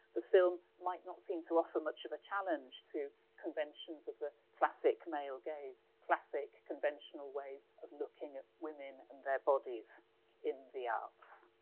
the film might not seem to offer much of a challenge to conventions of the classic male gaze. classic, conventional way of looking at women and their bodies in the arts.